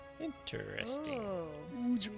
Interesting